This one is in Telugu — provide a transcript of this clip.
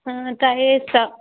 మ్మ్ ట్రై చేస్తాను